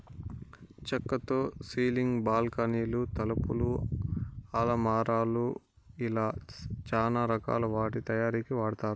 చక్కతో సీలింగ్, బాల్కానీలు, తలుపులు, అలమారాలు ఇలా చానా రకాల వాటి తయారీకి వాడతారు